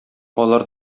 алар